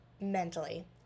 mentally